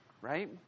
right